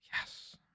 Yes